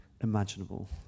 imaginable